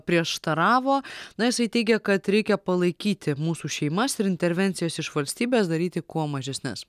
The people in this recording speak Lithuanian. prieštaravo na jisai teigia kad reikia palaikyti mūsų šeimas ir intervencijas iš valstybės daryti kuo mažesnes